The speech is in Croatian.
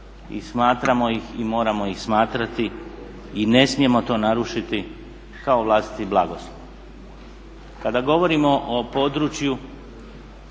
i smatramo ih i moramo ih smatrati i ne smijemo to narušiti kao vlastiti blagoslov. Kada govorimo o području